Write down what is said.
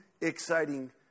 exciting